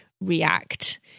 react